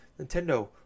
Nintendo